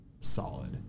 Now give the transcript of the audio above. solid